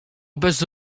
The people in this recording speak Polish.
bez